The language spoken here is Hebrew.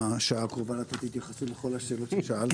קודם כל יהיה לי קשה בשעה הקרובה לתת התייחסות לכל השאלות ששאלתם,